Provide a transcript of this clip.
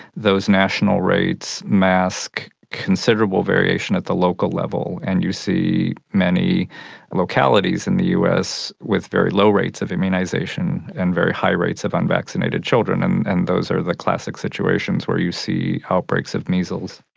those national rates mask considerable variation at the local level, and you see many localities in the us with very low rates of immunisation and very high rates of unvaccinated children and and those are the classic situations where you see outbreaks of measles.